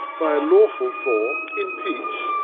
by a lawful form, in peace,